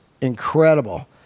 incredible